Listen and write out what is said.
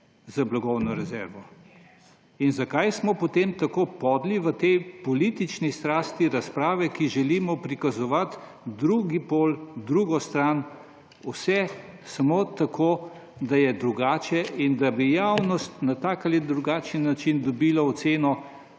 za blagovno rezervo. In zakaj smo potem tako podli v tej politični strasti razprave, ko želimo prikazovati drugi pol, drugo stran, vse samo tako, da je drugače in da bi javnost na tak ali drugačen način dobila oceno,